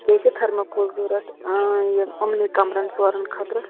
بیٚیہِ چھِ تھٔرموکول ضروٗرت یہِ یِمنٕے کَمرَن ژورَن خٲطرٕ